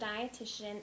dietitian